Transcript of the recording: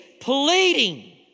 pleading